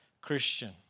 Christian